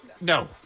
No